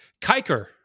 Kiker